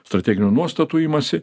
strateginių nuostatų imasi